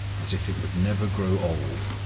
as if it would never grow old.